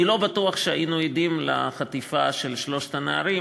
אני לא בטוח שהיינו עדים לחטיפה של שלושת הנערים,